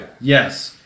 Yes